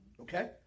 Okay